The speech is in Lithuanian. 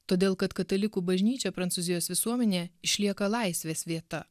todėl kad katalikų bažnyčia prancūzijos visuomenė išlieka laisvės vieta